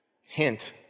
Hint